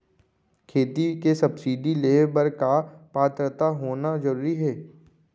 खेती के सब्सिडी लेहे बर का पात्रता होना जरूरी हे?